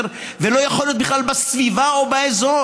ולא יכול להיות בכלל בסביבה או באזור.